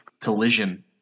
Collision